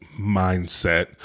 mindset